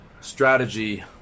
strategy